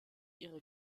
ihrer